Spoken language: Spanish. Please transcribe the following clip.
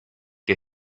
que